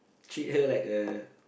treat her like a